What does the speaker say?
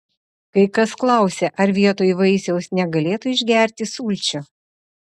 kai kas klausia ar vietoj vaisiaus negalėtų išgerti sulčių